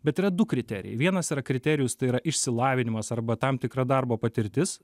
bet yra du kriterijai vienas yra kriterijus tai yra išsilavinimas arba tam tikra darbo patirtis